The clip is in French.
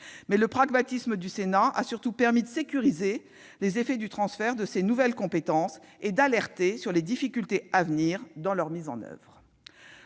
Le pragmatisme du Sénat a surtout permis de sécuriser les effets du transfert de ces nouvelles compétences et d'alerter sur les difficultés à venir dans leur mise en oeuvre